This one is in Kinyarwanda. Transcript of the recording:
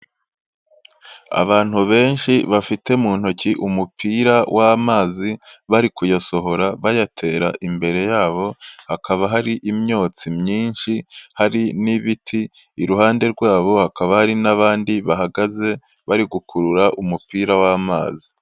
Abantu benshi bafite mu ntoki umupira w'amazi, bari kuyasohora, bayatera imbere yabo, hakaba hari imyotsi myinshi, hari n'ibiti, iruhande rwabo hakaba hari n'abandi bahagaze bari gukurura umupira w'amazi.